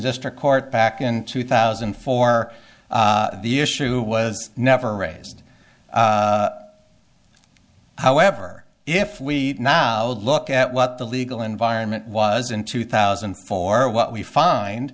district court back in two thousand and four the issue was never raised however if we now look at what the legal environment was in two thousand and four what we find